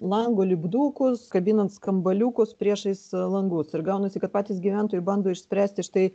lango lipdukus kabinant skambaliukus priešais langus ir gaunasi kad patys gyventojai bando išspręsti štai